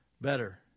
better